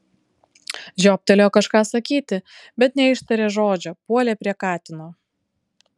žiobtelėjo kažką sakyti bet neištarė žodžio puolė prie katino